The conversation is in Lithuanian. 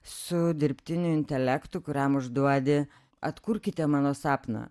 su dirbtiniu intelektu kuriam užduodi atkurkite mano sapną